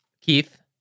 Keith